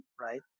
right